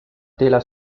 tela